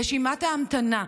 רשימת ההמתנה,